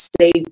save